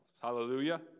Hallelujah